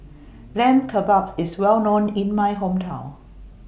Lamb Kebabs IS Well known in My Hometown